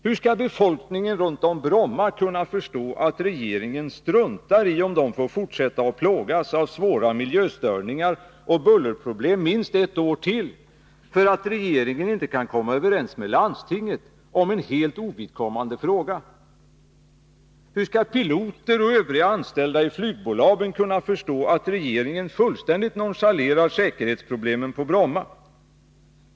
Hur skall befolkningen runt om Bromma kunna förstå att regeringen struntar i om de får fortsätta att plågas av svåra miljöstörningar och bullerproblem minst ett år till, därför att regeringen inte kan komma överens med landstinget om en helt ovidkommande fråga? Hur skall piloter och övriga anställda i flygbolagen kunna förstå att regeringen fullständigt nonchalerar säkerhetsproblemen på Bromma?